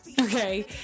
Okay